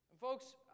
Folks